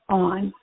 on